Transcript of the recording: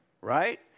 right